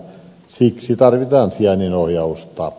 siksi tarvitaan sijainnin ohjausta